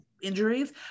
injuries